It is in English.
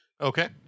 Okay